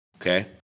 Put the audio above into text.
Okay